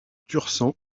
tursan